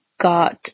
got